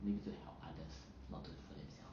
maybe to help others not to for themselves